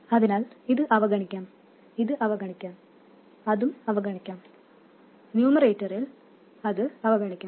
അതിനാൽ ഇത് അവഗണിക്കാം ഇത് അവഗണിക്കാം അതും അവഗണിക്കാം ന്യൂമറേറ്ററിൽ അത് അവഗണിക്കാം